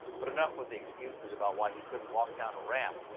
but enough with the excuses about why he couldn't walk down a ramp.